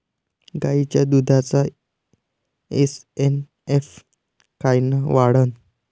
गायीच्या दुधाचा एस.एन.एफ कायनं वाढन?